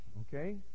okay